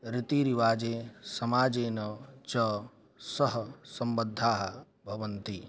रीतिरिवाजे समाजेन च सह सम्बद्धाः भवन्ति